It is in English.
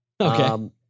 Okay